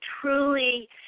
truly